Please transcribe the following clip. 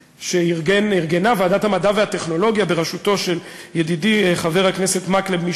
שארגנה ועדת המדע והטכנולוגיה בראשותו של ידיד חבר הכנסת מקלב,